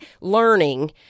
learning